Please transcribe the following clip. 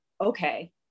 okay